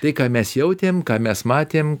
tai ką mes jautėm ką mes matėm